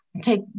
take